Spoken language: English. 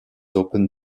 open